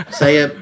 saya